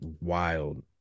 wild